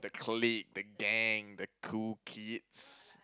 the clique the gang the cool kids